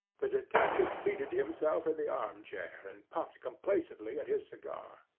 the detective seated himself in the arm-chair, and puffed complacently at his cigar.